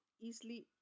easily